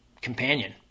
companion